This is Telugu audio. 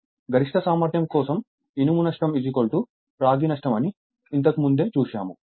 అంటే గరిష్ట సామర్థ్యం కోసం ఇనుము నష్టం రాగి నష్టం అని మనము ఇంతకుముందే చూశాము